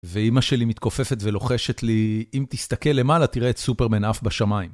ואימא שלי מתכופפת ולוחשת לי, אם תסתכל למעלה תראה את סופרמן עף בשמיים.